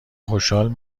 خوشحال